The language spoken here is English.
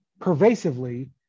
pervasively